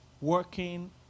Working